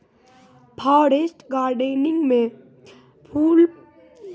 forest gardening म फल फूल पौधा जड़ी बूटी आदि उगैलो जाय छै